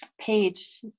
page